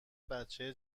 بچه